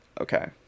okay